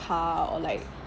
car or like